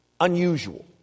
unusual